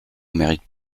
mérite